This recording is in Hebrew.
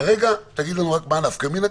כרגע תגיד לנו רק מה הנפקא מינה,